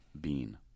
bean